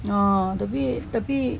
ah tapi tapi